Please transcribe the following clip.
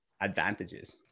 advantages